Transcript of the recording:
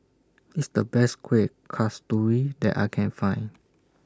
This The Best Kuih Kasturi that I Can Find